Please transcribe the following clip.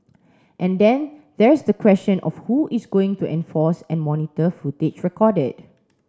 and then there's the question of who is going to enforce and monitor footage recorded